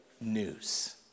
news